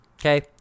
okay